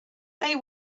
they